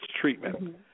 treatment